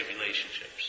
relationships